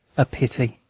a pity!